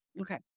Okay